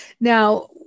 Now